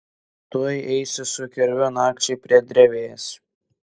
tuoj eisiu su kirviu nakčiai prie drevės